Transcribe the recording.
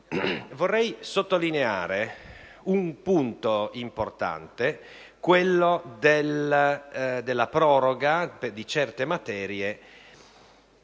Vorrei sottolineare un punto importante: quello della proroga di certe materie